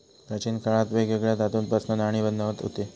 प्राचीन काळात वेगवेगळ्या धातूंपासना नाणी बनवत हुते